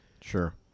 Sure